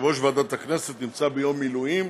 יושב-ראש ועדת הכנסת נמצא ביום מילואים